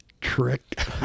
trick